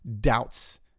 doubts